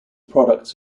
products